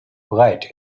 bright